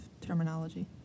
terminology